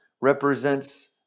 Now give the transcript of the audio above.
represents